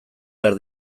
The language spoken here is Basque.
behar